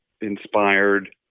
inspired